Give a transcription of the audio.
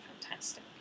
fantastic